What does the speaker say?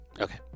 Okay